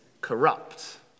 corrupt